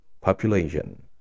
population